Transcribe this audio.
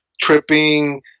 tripping